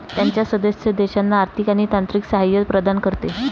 त्याच्या सदस्य देशांना आर्थिक आणि तांत्रिक सहाय्य प्रदान करते